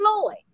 Floyd